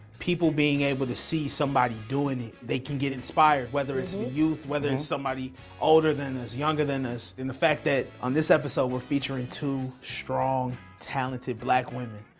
people being able to see somebody doing it, they can get inspired. whether it's and the youth, whether it's somebody older than us, younger than us, and the fact that on this episode, we're featuring two strong, talented, black women,